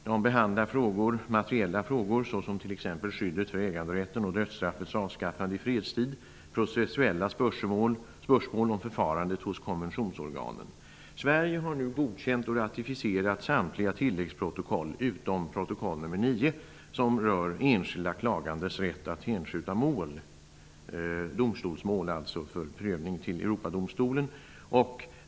De behandlar materiella frågor såsom t.ex. skyddet för äganderätten och dödsstraffets avskaffande i fredstid, processuella spörsmål och spörsmål om förfarandet hos konventionsorganen. Sverige har nu godkänt och ratificerat samtliga tilläggsprotokoll utom protokoll nr 9 som rör enskilda klagandes rätt att hänskjuta domstolsmål för prövning till Europadomstolen.